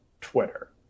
Twitter